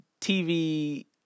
TV